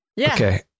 Okay